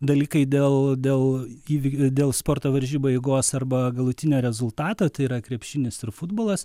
dalykai dėl dėl įvykių dėl sporto varžybų eigos arba galutinio rezultato tai yra krepšinis ir futbolas